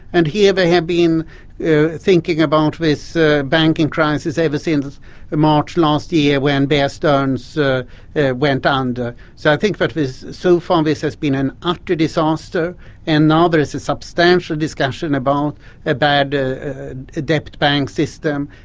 and here they have been thinking about this ah banking crisis ever since march last year when bear stearns ah went ah under, so i think sort of so far this has been an utter disaster and now there is a substantial discussion about a bad ah debt bank system,